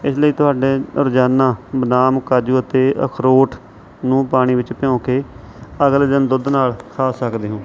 ਇਸ ਲਈ ਤੁਹਾਡੇ ਰੋਜ਼ਾਨਾ ਬਦਾਮ ਕਾਜੂ ਅਤੇ ਅਖਰੋਟ ਨੂੰ ਪਾਣੀ ਵਿੱਚ ਭਿਓ ਕੇ ਅਗਲੇ ਦਿਨ ਦੁੱਧ ਨਾਲ ਖਾ ਸਕਦੇ ਹੋ